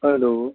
hello